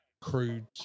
Crude